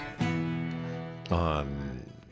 on